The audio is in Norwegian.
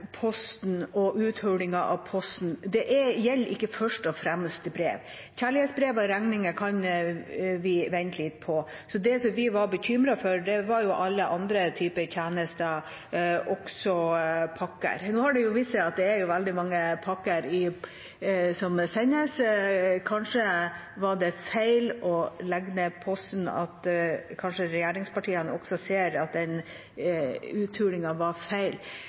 Posten og uthulingen av Posten, gjelder ikke først og fremst brev. Kjærlighetsbrev og regninger kan vi vente litt på. Det vi var bekymret for, var alle andre typer tjenester, også pakker. Nå har det vist seg at det er veldig mange pakker som sendes. Kanskje var det feil å legge ned Posten, og kanskje regjeringspartiene også ser at den uthulingen var feil.